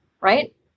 right